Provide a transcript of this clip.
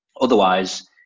otherwise